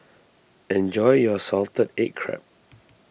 enjoy your Salted Egg Crab